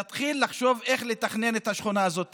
תתחיל לחשוב איך לתכנן את השכונה הזאת